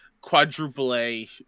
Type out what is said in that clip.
quadruple-A